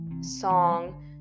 song